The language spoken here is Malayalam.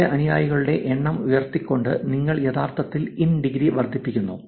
നിങ്ങളുടെ അനുയായികളുടെ എണ്ണം ഉയർത്തിക്കൊണ്ട് നിങ്ങൾ യഥാർത്ഥത്തിൽ ഇൻ ഡിഗ്രി വർദ്ധിപ്പിക്കുന്നു